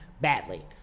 badly